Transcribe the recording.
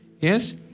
yes